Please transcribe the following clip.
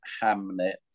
Hamnet